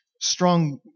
Strong